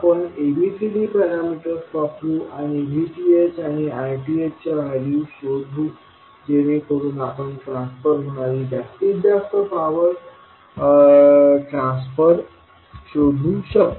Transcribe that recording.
आपण ABCD parameters वापरू आणि VTh आणि RTh च्या व्हॅल्यू शोधू जेणेकरुन आपण ट्रान्सफर होणारी जास्तीत जास्त पावर ट्रान्सफर शोधू शकू